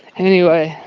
anyway,